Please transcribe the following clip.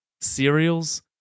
cereals